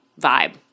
vibe